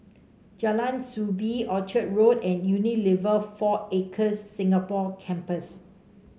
Jalan Soo Bee Orchard Road and Unilever Four Acres Singapore Campus